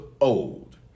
old